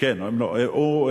הוא צריך לבוא או,